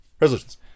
resolutions